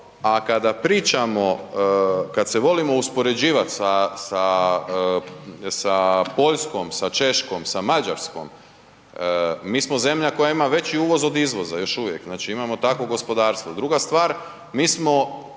A kada pričamo, kad se volimo uspoređivati sa Poljskom, sa Češkom, sa Mađarskom, mi smo zemlja koja ima veći uvoz od izvoza još uvijek. Znači imamo takvo gospodarstvo. Druga stvar mi smo